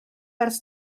ers